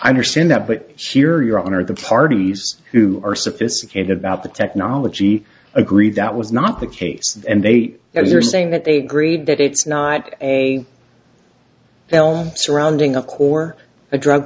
i understand that but sheer your honor the parties who are sophisticated about the technology agree that was not the case and they they're saying that they agreed that it's not a bell surrounding a core a drug